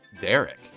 Derek